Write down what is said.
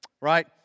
right